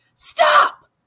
stop